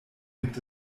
gibt